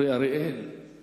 חבר הכנסת אורי אריאל איננו,